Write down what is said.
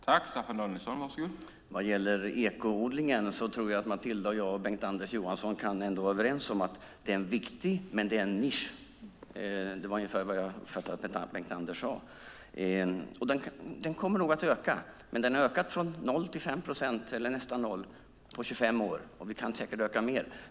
Herr talman! Vad gäller ekoodlingen tror jag att Matilda Ernkrans, jag och Bengt-Anders Johansson kan vara överens om att det är viktig del, men att det är en nisch. Det var ungefär så jag uppfattade det som Bengt-Anders sade. Den kommer nog att öka. Den har ökat från nästan 0 till 5 procent på 25 år. Vi kan säkert öka den mer.